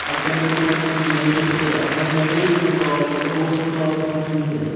اَتہِ کَرنٲیتو پنٛنِس یُس منیجَر چھُو تۄہہِ آسان مےٚ کَرے تِمَن کال مگر تور چھِنہٕ کال گژھان کِہیٖنۍ تہِ نہٕ